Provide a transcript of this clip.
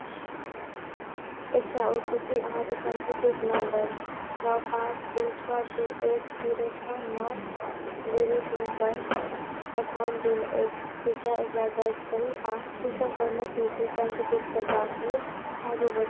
एकटा O T P अहाँके पञ्जीकृत नंबर नओ पाँच दू छओ दू एक जीरो छओ नओ जीरो तीन पर पठाओल गेल अछि कृपया एकरा दर्ज करू आओर टीकाकरणक हेतु पञ्जीकृत करबाक लेल आगू बढ़ू